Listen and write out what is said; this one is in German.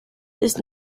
ist